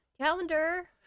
Calendar